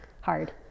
hard